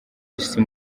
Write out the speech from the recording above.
isi